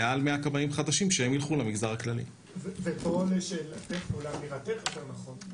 גם לסוגיית הביטחון התעסוקתי